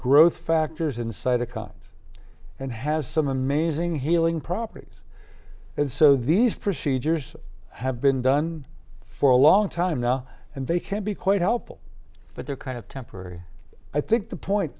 growth factors in cytokines and has some amazing healing properties and so these procedures have been done for a long time now and they can be quite helpful but they're kind of temporary i think the point